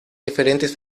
diferentes